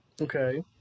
Okay